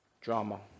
drama